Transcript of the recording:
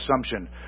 assumption